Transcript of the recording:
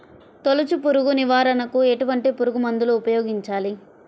తొలుచు పురుగు నివారణకు ఎటువంటి పురుగుమందులు ఉపయోగించాలి?